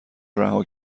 رها